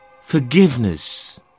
forgiveness